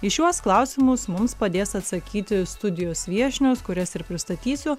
į šiuos klausimus mums padės atsakyti studijos viešnios kurias ir pristatysiu